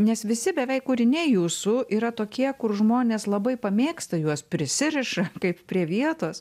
nes visi beveik kūriniai jūsų yra tokie kur žmonės labai pamėgsta juos prisiriša kaip prie vietos